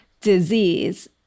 disease